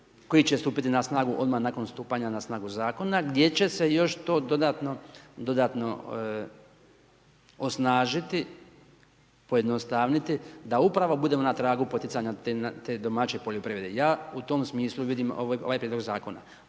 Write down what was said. koji će stupiti na snagu odmah nakon stupanja na snagu zakona gdje će se još to dodatno osnažiti, pojednostaviti, da upravo budemo na tragu poticanja te domaće poljoprivrede. Ja u tom smislu vidim ovaj prijedlog zakona.